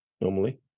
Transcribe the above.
Normally